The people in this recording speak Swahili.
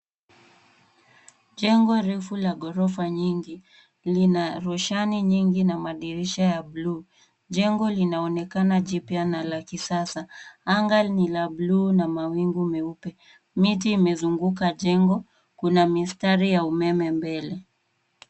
Jengo refu la ghorofa nyingi lina roshani nyingi na madirisha ya buluu. Jengo linaonekana jipya na la kisasa. Anga ni la buluu na mawingu meupe. Miti imezunguka jengo. Kuna mistari ya umeme mbele.